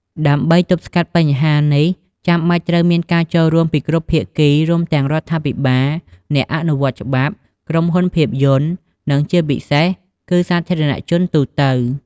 ដើម្បីទប់ស្កាត់បញ្ហានេះ ចាំបាច់ត្រូវមានការចូលរួមពីគ្រប់ភាគី រួមទាំងរដ្ឋាភិបាល អ្នកអនុវត្តច្បាប់ ក្រុមហ៊ុនភាពយន្ត និងជាពិសេសគឺសាធារណជនទូទៅ។